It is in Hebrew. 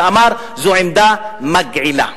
שאמר: זו עמדה מגעילה.